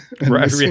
Right